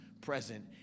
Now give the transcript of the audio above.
present